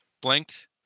blinked